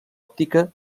òptica